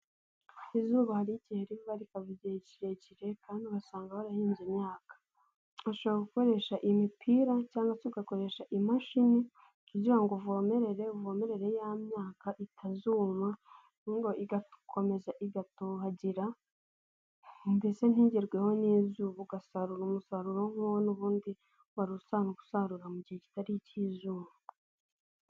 Izuba hari igihe riva rikaba igihe kirekire kandi ugasanga warahinze imyaka, ushobora gukoresha imipira cyangwa ugakoresha imashini kugira ngo uvomerere, uvomerere ya myaka itazuma, igakomeza igatohagira mbese ntigerweho n'izuba, ugasarura umusaruro nk'uwo n'ubundi wari usanzwe usarura mu gihe kitari ik'izuba.